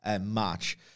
match